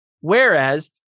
Whereas